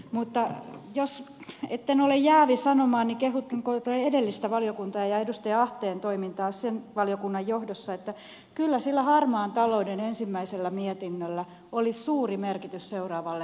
mutta etten ole jäävi sanomaan niin kehutaan edellistä valiokuntaa ja edustaja ahteen toimintaa sen valiokunnan johdossa että kyllä sillä harmaan talouden ensimmäisellä mietinnöllä oli suuri merkitys seuraavalle hallitusohjelmalle